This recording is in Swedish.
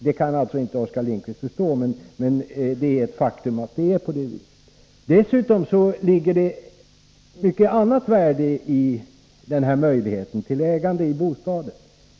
Det kan alltså inte Oskar Lindkvist förstå, men det är ett faktum att det är på det viset. Dessutom ligger det mycket annat av värde i att äga sin bostad.